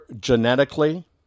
genetically